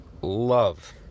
love